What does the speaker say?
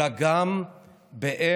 אלא גם באיך